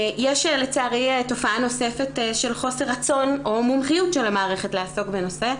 יש לצערי תופעה נוספת של חוסר רצון או מומחיות של המערכת לעסוק בנושא.